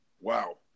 wow